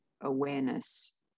awareness